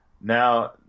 Now